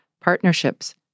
partnerships